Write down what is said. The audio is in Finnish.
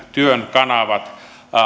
kanavat